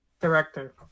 director